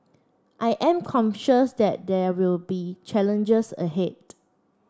I am conscious that there will be challenges ahead